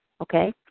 okay